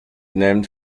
named